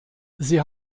sie